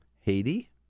Haiti